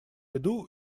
иду